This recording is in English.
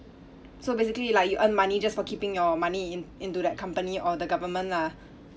so basically like you earn money just for keeping your money in~ into that company or the government lah